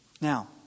Now